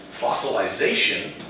Fossilization